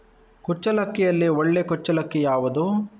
ಕುಚ್ಚಲಕ್ಕಿಯಲ್ಲಿ ಒಳ್ಳೆ ಕುಚ್ಚಲಕ್ಕಿ ಯಾವುದು?